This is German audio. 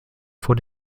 vor